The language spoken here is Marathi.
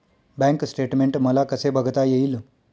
बँक स्टेटमेन्ट मला कसे बघता येईल?